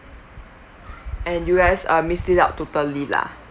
and you guys uh miss it out totally lah